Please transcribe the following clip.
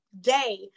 day